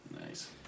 nice